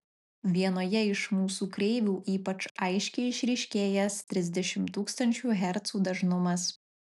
vienoje iš mūsų kreivių ypač aiškiai išryškėjęs trisdešimt tūkstančių hercų dažnumas